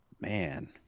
Man